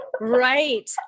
Right